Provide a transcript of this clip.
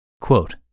Quote